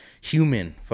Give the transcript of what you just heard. human